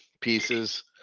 pieces